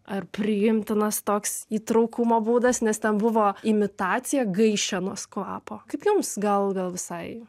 ar priimtinas toks įtraukimo būdas nes tebuvo imitacija gaišenos kvapo kaip jums gal gal visai